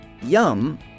Yum